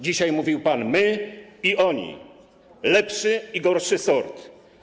Dzisiaj mówił pan: my i oni, lepszy i gorszy sort.